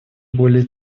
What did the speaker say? более